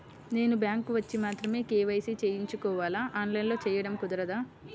నేను బ్యాంక్ వచ్చి మాత్రమే కే.వై.సి చేయించుకోవాలా? ఆన్లైన్లో చేయటం కుదరదా?